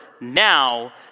now